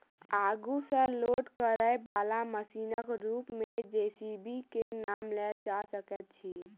आगू सॅ लोड करयबाला मशीनक रूप मे जे.सी.बी के नाम लेल जा सकैत अछि